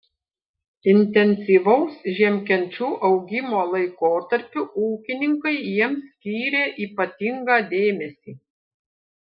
intensyvaus žiemkenčių augimo laikotarpiu ūkininkai jiems skyrė ypatingą dėmesį